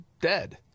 dead